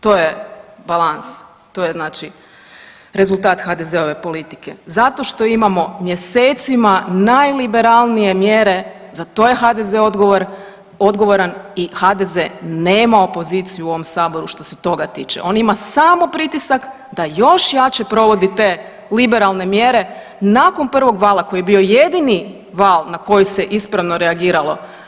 To je balans, to je znači rezultat HDZ-ove politike zato što imamo mjesecima najliberalnije mjere za to je HDZ odgovoran i HDZ nema opoziciju u ovom saboru što se toga tiče, on ima samo pritisak da još jače provodi te liberalne mjere nakon prvog vala koji je bio jedini val na koji se ispravno reagiralo.